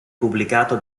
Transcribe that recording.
pubblicato